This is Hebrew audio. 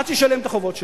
עד שישלם את החובות שלו.